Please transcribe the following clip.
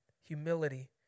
humility